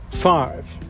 Five